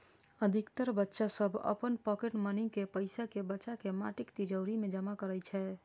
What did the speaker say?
अधिकतर बच्चा सभ अपन पॉकेट मनी के पैसा कें बचाके माटिक तिजौरी मे जमा करै छै